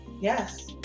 yes